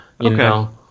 Okay